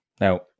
Now